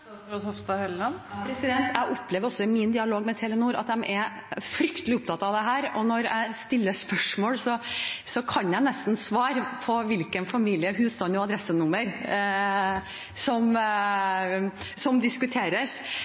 Jeg opplever i min dialog med Telenor at de er fryktelig opptatt av dette, og når jeg stiller spørsmål, kan de nesten svare på hvilken familie, husstand og adresse som diskuteres. Men likevel, hvis noen opplever det slik, er det ikke godt nok. Telenor har – i avtalen som